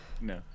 No